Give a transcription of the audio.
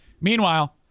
Meanwhile